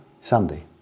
Sunday